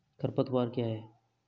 खरपतवार क्या है?